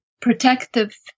protective